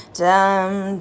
time